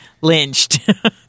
lynched